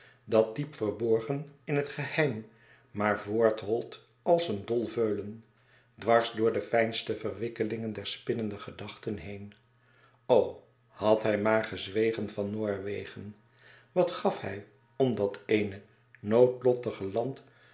dat diep verborgen in het geheim maar voortholt als een dol veulen dwars door de fijnste verwikkelingen der spinnende gedachte heen o had hij maar gezwegen van noorwegen wat gaf hij om dat eene noodlottige land